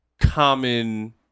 common